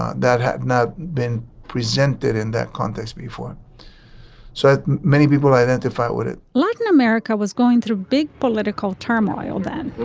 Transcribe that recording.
ah that have not been presented in that context before so many people identify with it latin america was going through big political turmoil that